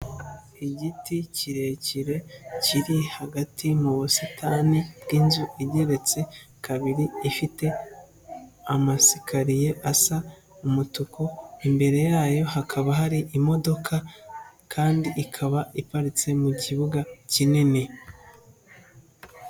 Igiti kirekire kiri hagati mu busitani bw'inzu igeretse kabiri ifite amasikariya asa umutuku, imbere yayo hakaba hari imodoka kandi ikaba iparitse mu kibuga kinini.